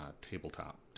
Tabletop